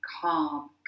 calm